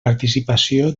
participació